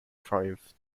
triumphed